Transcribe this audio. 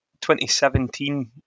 2017